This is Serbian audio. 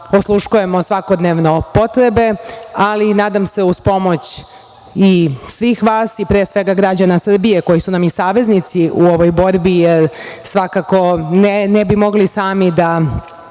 osluškujemo svakodnevno potrebe, ali nadam se uz pomoć i svih vas i pre svega građana Srbije, koji su nam i saveznici u ovoj borbi, jer svakako ne bi mogli sami da